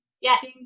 Yes